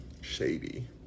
Shady